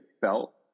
felt